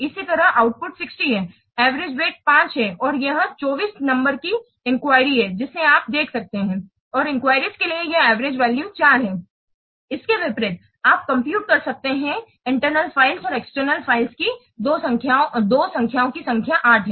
इसी तरह आउटपुट 60 है एवरेज वेट 5 है और यह 24 नंबर की पूछताछ है जिसे आप देख सकते हैं और एनक्विरिएस के लिए यह एवरेज वैल्यू 4 है इसके विपरीत आप कंप्यूट कर सकते हैं इंटरनल फ़ाइलों और एक्सटर्नल इंटरफ़ेसों की 2 संख्याओं की संख्या 8 हैं